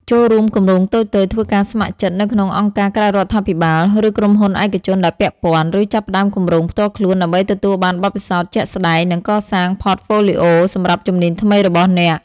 ចូលរួមគម្រោងតូចៗ ធ្វើការស្ម័គ្រចិត្តនៅក្នុងអង្គការក្រៅរដ្ឋាភិបាល ឬក្រុមហ៊ុនឯកជនដែលពាក់ព័ន្ធ ឬចាប់ផ្តើមគម្រោងផ្ទាល់ខ្លួនដើម្បីទទួលបានបទពិសោធន៍ជាក់ស្តែង និងកសាង Portfolio សម្រាប់ជំនាញថ្មីរបស់អ្នក។